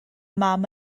mam